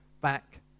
back